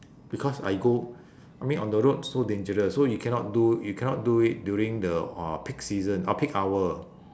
because I go I mean on the road so dangerous so you cannot do you cannot do it during the uh peak season uh peak hour